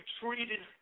treated